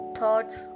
thoughts